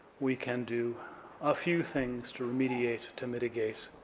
we can do a few things to remediate, to mitigate,